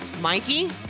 Mikey